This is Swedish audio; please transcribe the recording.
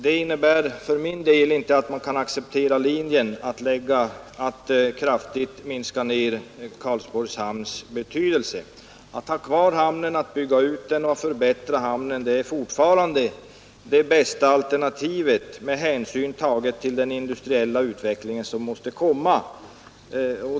Det innebär emellertid för min del inte att man kan acceptera linjen att kraftigt minska Karlsborgs hamns betydelse. Att ha kvar hamnen och att bygga ut och förbättra den är fortfarande bästa alternativet med hänsyn tagen till den industriella utveckling som måste komma.